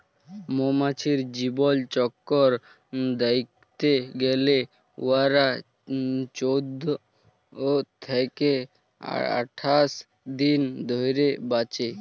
মমাছির জীবলচক্কর দ্যাইখতে গ্যালে উয়ারা চোদ্দ থ্যাইকে আঠাশ দিল ধইরে বাঁচে